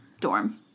dorm